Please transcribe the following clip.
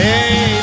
Hey